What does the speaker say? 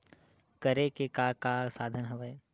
करे के का का साधन हवय?